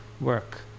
work